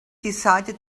decided